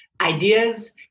ideas